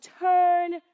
turn